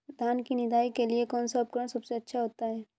धान की निदाई के लिए कौन सा उपकरण सबसे अच्छा होता है?